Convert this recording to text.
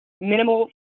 minimal